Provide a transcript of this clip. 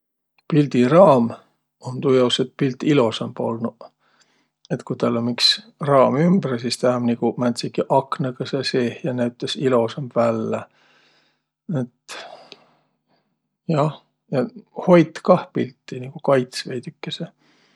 Pildiraam um tuujaos, et pilt ilosamb olnuq. Et ku täl um iks raam ümbre, sis tä um nigu määntsegi aknõgõsõ seeh ja ilosamb vällä. Et jah, ja hoit kah pilti, niguq kaits veidükese.